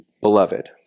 beloved